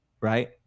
right